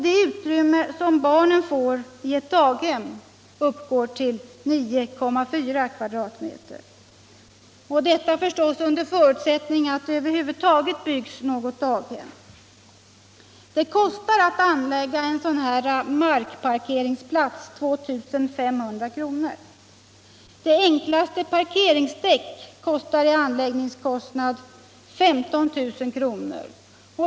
Det utrymme som barnen får i ett daghem uppgår till 9,4 m?, under förutsättning att det över huvud taget byggs något daghem. Det kostar 2 500 kr. att anlägga en markparkeringsplats. Det enklaste parkeringsdäck har en anläggningskostnad på 15 000 kr.